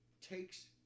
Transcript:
takes